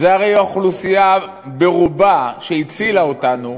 זו הרי אוכלוסייה שברובה הצילה אותנו,